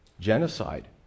genocide